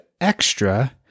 extra